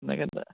এনেকে